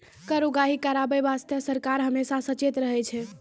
कर उगाही करबाय बासतें सरकार हमेसा सचेत रहै छै